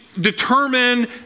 determine